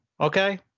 Okay